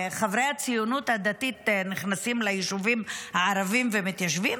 חברי הציונות הדתית נכנסים ליישובים הערביים ומתיישבים?